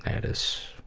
and is,